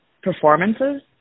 performances